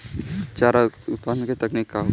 चारा उत्पादन के तकनीक का होखे?